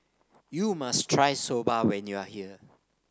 you must try Soba when you are here